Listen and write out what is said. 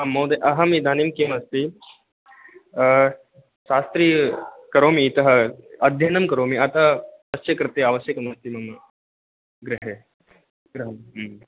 महोदय अहम् इदानीं किं अस्ति शास्त्री करोमि इतः अध्ययनं करोमि अतः तस्य कृते आवश्यकम् अस्ति मम गृहे गृहम्